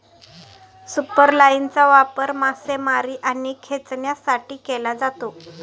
सुपरलाइनचा वापर मासेमारी आणि खेचण्यासाठी केला जातो